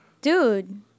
Dude